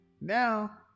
Now